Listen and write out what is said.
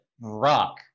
rock